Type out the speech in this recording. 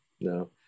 no